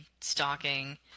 stalking